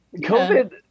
COVID